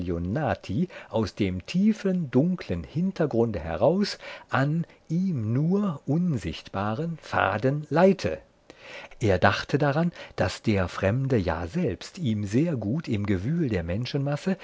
aus dem tiefen dunklen hintergrunde heraus an ihm nur unsichtbaren faden leite er dachte daran daß der fremde ja selbst ihm sehr gut im gewühl der menschenmasse